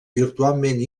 virtualment